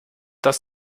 das